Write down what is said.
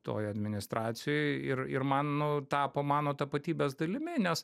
toj administracijoj ir ir man nu tapo mano tapatybės dalimi nes